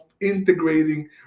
integrating